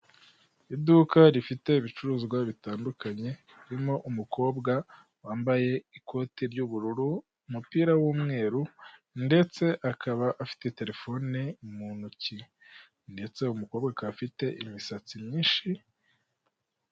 Iduka rifite ibicuruzwa bitandukanye birimo umukobwa wambaye ikoti ry'ubururu, umupira w'umweru ndetse akaba afite terefone mu ntoki ndetse uwo mukobwa akaba afite imisatsi myinshi.